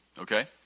Okay